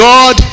God